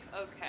okay